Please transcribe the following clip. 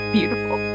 Beautiful